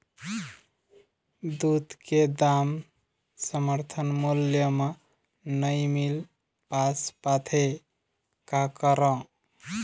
दूध के दाम समर्थन मूल्य म नई मील पास पाथे, का करों?